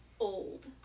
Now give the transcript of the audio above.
old